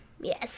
Yes